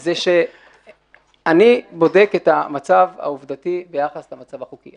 זה שאני בודק את המצב העובדתי ביחס למצב החוקי.